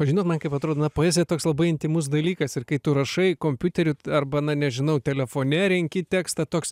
o žinot man kaip atrodo na poezija toks labai intymus dalykas ir kai tu rašai kompiuteriu arba na nežinau telefone renki tekstą toks